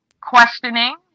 questioning